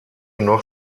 noch